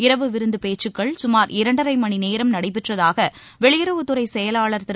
இரவு விருந்து பேச்சுக்கள் சுமார் இரண்டரை மணி நேரம் நடைபெற்றதாக வெளியுறவுத் துறை செயலாளர் திரு